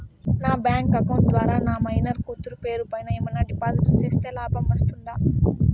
నా bank account ద్వారా నా మైనర్ కూతురు పేరు పైన ఏమన్నా డిపాజిట్లు సేస్తే లాభం ఉంటుందా?